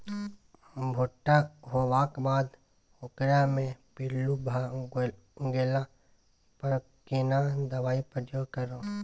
भूट्टा होबाक बाद ओकरा मे पील्लू भ गेला पर केना दबाई प्रयोग करू?